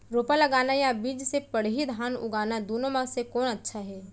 रोपा लगाना या बीज से पड़ही धान उगाना दुनो म से कोन अच्छा हे?